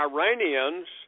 Iranians